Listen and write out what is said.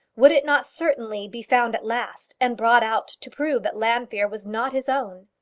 would it not certainly be found at last, and brought out to prove that llanfeare was not his own?